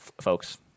folks